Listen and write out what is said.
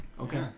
Okay